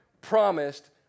promised